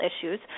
issues